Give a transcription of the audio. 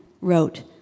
wrote